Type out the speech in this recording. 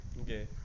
Okay